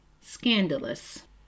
scandalous